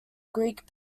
greek